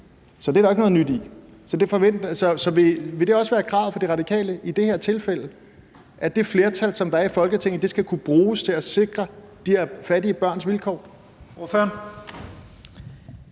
Så det er der jo ikke noget nyt i. Vil det også være et krav for De Radikale i det her tilfælde, at det flertal, der er i Folketinget, skal kunne bruges til at sikre de her fattige børns vilkår? Kl.